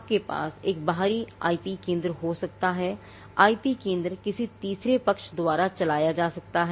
आपके पास एक बाहरी आईपी केंद्र हो सकता है आईपी केंद्र किसी तीसरे पक्ष द्वारा चलाया जाता है